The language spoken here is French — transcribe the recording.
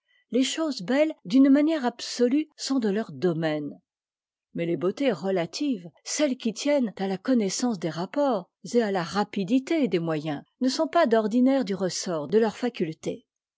tes choses belles d'une manière absolue sont de leur domaine mais les beautés'relatives c'elles qui tiennent à à connaissance dés rapports'et à la rapidité dés moyens ne sont pas d'ordinaire u ressort de ieurs facultés